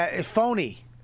Phony